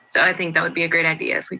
so i think that would be a great idea if we